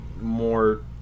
more